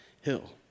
hill